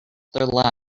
their